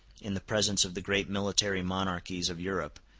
in the presence of the great military monarchies of europe,